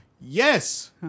yes